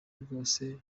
rwose